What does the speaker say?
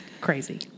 crazy